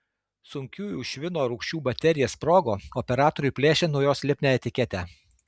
sunkiųjų švino rūgščių baterija sprogo operatoriui plėšiant nuo jos lipnią etiketę